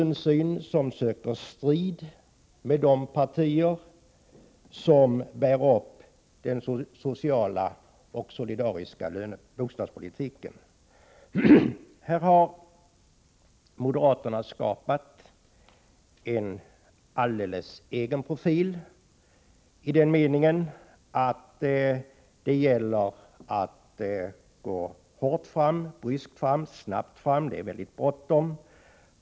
Man söker strid med de partier som bär upp den sociala och solidariska bostadspolitiken. Moderaterna har här skapat en alldeles egen profil i den meningen att de tycks anse att det gäller att gå hårt, bryskt och snabbt fram; det är mycket bråttom.